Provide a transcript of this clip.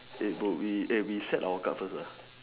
hey bro we eh we set our guard first lah